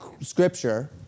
scripture